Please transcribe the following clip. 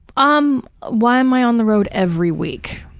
um why am i on the road every week?